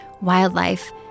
wildlife